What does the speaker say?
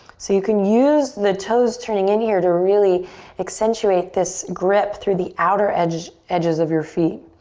so you can use the toes turning in here to really accentuate this grip through the outer edges edges of your feet.